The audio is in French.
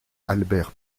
albert